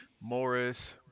Morris